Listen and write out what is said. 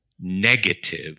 negative